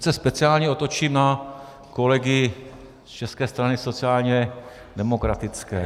Teď se speciálně otočím na kolegy z České strany sociálně demokratické.